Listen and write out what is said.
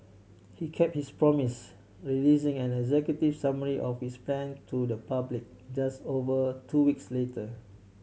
he kept his promise releasing an executive summary of his plan to the public just over two weeks later